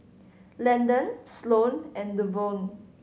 Landen Sloane and Devaughn